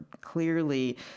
clearly